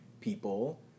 people